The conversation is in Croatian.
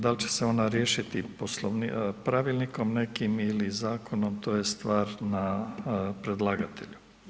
Da li će se ona riješiti pravilnikom nekim ili zakonom to je stvar na predlagatelju.